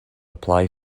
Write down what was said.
apply